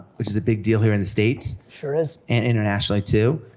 which is a big deal here in the states. sure is. and internationally too.